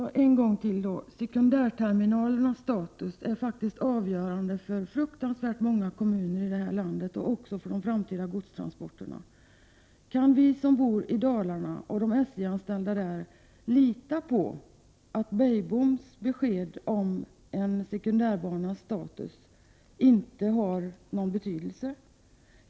Herr talman! Jag vill upprepa min fråga. Sekundärterminalernas status är faktiskt avgörande för väldigt många kommuner i landet och även för de framtida godstransporterna. Kan vi som bor i Dalarna och de SJ-anställda där lita på att Beijboms besked om en sekundärbanas status inte har någon betydelse?